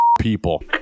people